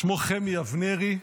שמו חמי אבנרי,